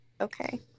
Okay